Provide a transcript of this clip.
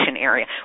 area